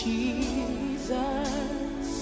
Jesus